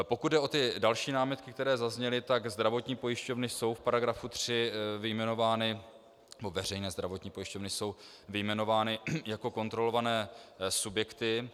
Pokud jde o další námitky, které zazněly, tak zdravotní pojišťovny jsou v paragrafu 3 vyjmenovány, nebo veřejné zdravotní pojišťovny jsou vyjmenovány jako kontrolované subjekty.